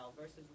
versus